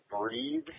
breathe